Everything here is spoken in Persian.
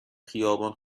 خیابان